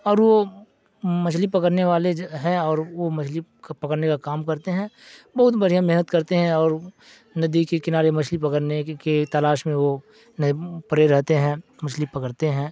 اور وہ مچھلی پکڑنے والے جو ہیں اور وہ مچھلی پکڑنے کا کام کرتے ہیں بہت بڑھیا محنت کرتے ہیں اور ندی کے کنارے مچھلی پکڑنے کے تلاش میں وہ پڑے رہتے ہیں مچھلی پکڑتے ہیں